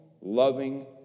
loving